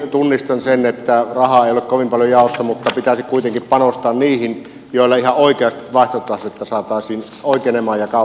minä tunnistan sen että rahaa ei ole kovin paljon jaossa mutta pitäisi kuitenkin panostaa niihin joilla ihan oikeasti vaihtotasetta saataisiin oikenemaan ja kauppaa eteenpäin